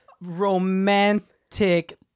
romantic